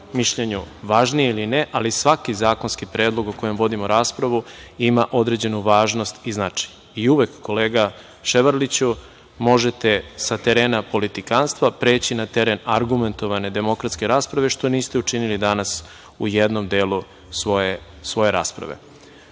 mišljenju važniji ili ne, ali svaki zakonski predlog o kojem vodimo raspravu ima određenu važnost i značaj i uvek kolega Ševarliću možete sa terena politikanstva preći na teren argumentovane demokratske rasprave, što niste učinili danas u jednom delu svoje rasprave. Reč